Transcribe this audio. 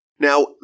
Now